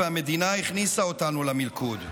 והמדינה הכניסה אותנו למלכוד.